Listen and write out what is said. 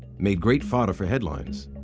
made great fodder for headlines.